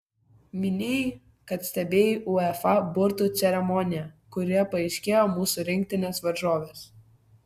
minėjai kad stebėjai uefa burtų ceremoniją kurioje paaiškėjo mūsų rinktinės varžovės